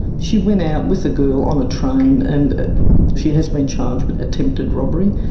she went out with a girl on a train and she has been charged with attempted robbery.